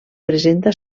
presenta